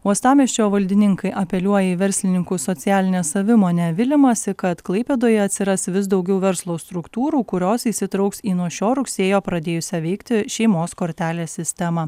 uostamiesčio valdininkai apeliuoja į verslininkų socialinę savimonę viliamasi kad klaipėdoje atsiras vis daugiau verslo struktūrų kurios įsitrauks į nuo šio rugsėjo pradėjusią veikti šeimos kortelės sistemą